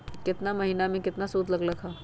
केतना महीना में कितना शुध लग लक ह?